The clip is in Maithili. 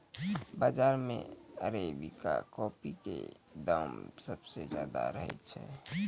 बाजार मॅ अरेबिका कॉफी के दाम सबसॅ ज्यादा रहै छै